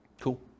Cool